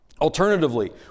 Alternatively